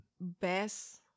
Best